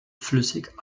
flüssig